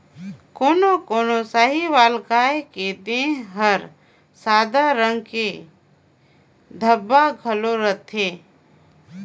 कोनो कोनो साहीवाल गाय के देह हर सादा रंग के धब्बा घलो रहथे